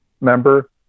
member